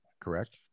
correct